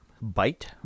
bite